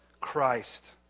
Christ